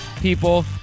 people